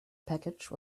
package